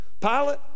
Pilate